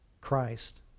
Christ